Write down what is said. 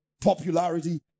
popularity